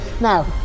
Now